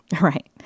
Right